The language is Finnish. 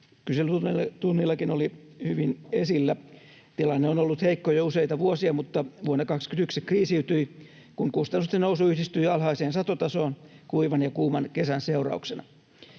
kyselytunnillakin oli hyvin esillä. Tilanne on ollut heikko jo useita vuosia, mutta vuonna 21 se kriisiytyi, kun kustannusten nousu yhdistyi alhaiseen satotasoon kuivan ja kuuman kesän seurauksena.